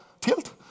tilt